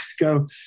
go